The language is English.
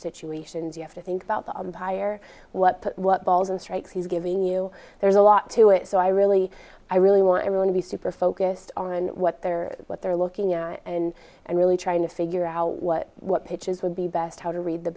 situations you have to think about the umpire what put what balls and strikes he's giving you there's a lot to it so i really i really want everyone be super focused on what they're what they're looking at and and really trying to figure out what what pitches would be best how to read the